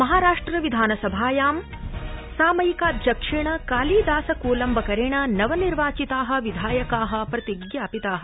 महाराष्ट्र विधानसभाया सामयिकाध्यक्षणकालीदासकोलम्बकरणनवनिर्वाचिता विधायका प्रतिज्ञापिता